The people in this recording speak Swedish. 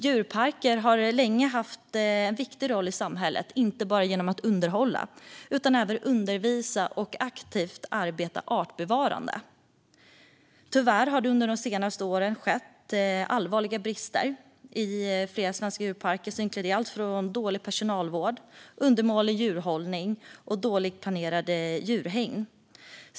Djurparker har länge haft en viktig roll i samhället, inte bara genom att underhålla utan även genom att undervisa och aktivt arbeta för artbevarande. Tyvärr har det under de senaste åren uppdagats allvarliga brister i flera svenska djurparker. Dessa inkluderar allt från dålig personalvård till undermålig djurhållning och dåligt planerade djurhägn.